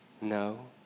No